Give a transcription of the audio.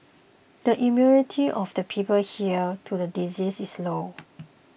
the immunity of the people here to the disease is low